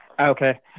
Okay